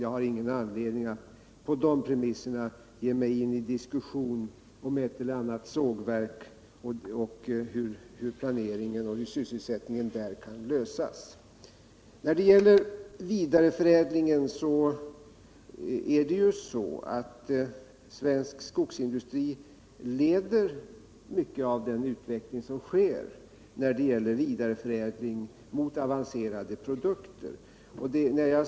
Jag har ingen anledning att på de premisserna ge mig in i en diskussion om hur planeringen och sysselsättningen för ett eller annat sågverk skall lösas. När det gäller vidareförädlingen är det ju så att svensk skogsindustri i mycket leder den utveckling mot avancerade produkter som äger rum.